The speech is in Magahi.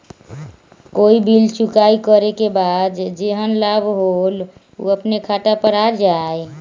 कोई बिल चुकाई करे के बाद जेहन लाभ होल उ अपने खाता पर आ जाई?